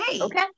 Okay